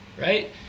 Right